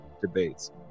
Debates